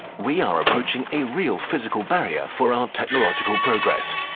we are approaching a real physical barrier for our technological progress.